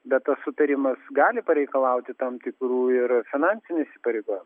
bet tas sutarimas gali pareikalauti tam tikrų ir finansinių įsipareigojimų